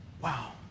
Wow